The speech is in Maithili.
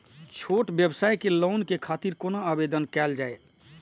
छोट व्यवसाय के लोन के खातिर कोना आवेदन कायल जाय?